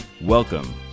Welcome